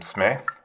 Smith